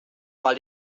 mal